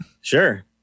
Sure